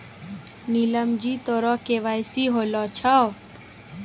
नीलम जी तोरो के.वाई.सी होलो छौं?